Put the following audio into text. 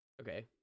Okay